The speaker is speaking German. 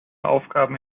aufgaben